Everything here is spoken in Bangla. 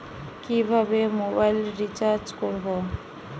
কিভাবে মোবাইল রিচার্জ করব?